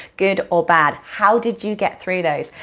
good or bad? how did you get through those?